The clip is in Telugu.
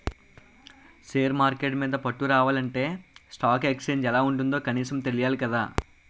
షేర్ మార్కెట్టు మీద పట్టు రావాలంటే స్టాక్ ఎక్సేంజ్ ఎలా ఉంటుందో కనీసం తెలియాలి కదా